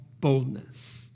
boldness